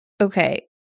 Okay